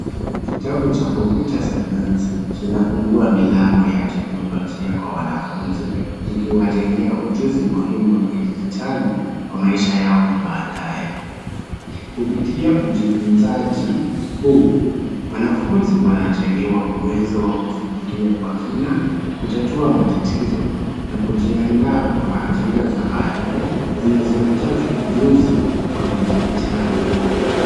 Kitabu cha kompyuta sayansi kinafungua milango ya teknolojia kwa wanafunzi kikiwajengea ujuzi muhimu wa kidijitali kwa maisha yao ya baadae. Kupitia ujifunzaji huu, wanafunzi wanajengewa uwezo wa kufikiria kwa kina, kutatua matatizo na kujiandaa kwa ajira za baadae zinazohitaji ujuzi wa kijidijitali.